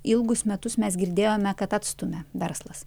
ilgus metus mes girdėjome kad atstumia verslas